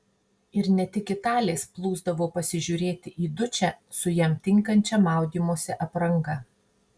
ir ne tik italės plūsdavo pasižiūrėti į dučę su jam tinkančia maudymosi apranga